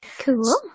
Cool